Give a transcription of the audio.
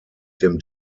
dem